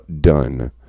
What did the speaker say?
done